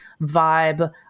vibe